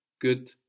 Good